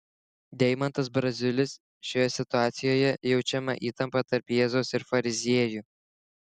deimantas braziulis šioje situacijoje jaučiama įtampa tarp jėzaus ir fariziejų